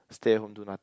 stay home do nothing